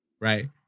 right